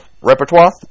repertoire